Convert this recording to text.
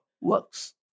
works